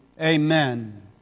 amen